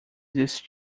desse